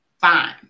fine